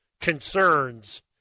concerns